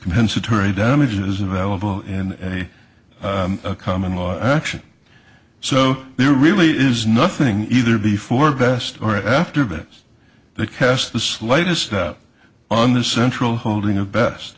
compensatory damages available in a common law action so there really is nothing either before best or after that that casts the slightest up on the central holding of best